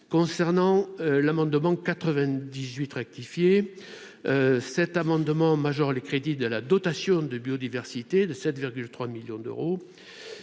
concernant l'amendement 98 rectifié cet amendement majeur, les crédits de la dotation de biodiversité de 7,3 millions d'euros